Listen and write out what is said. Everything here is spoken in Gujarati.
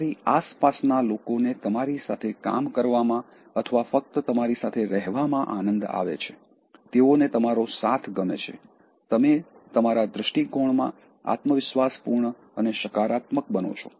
તમારી આસપાસના લોકોને તમારી સાથે કામ કરવામાં અથવા ફક્ત તમારી સાથે રહેવામાં આનંદ આવે છે તેઓને તમારો સાથ ગમે છે તમે તમારા દૃષ્ટિકોણમાં આત્મવિશ્વાસપૂર્ણ અને સકારાત્મક બનો છો